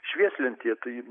švieslentėje tai